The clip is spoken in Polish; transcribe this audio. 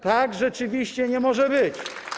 Tak rzeczywiście nie może być.